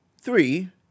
three